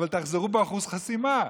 אבל תחזרו באחוז החסימה,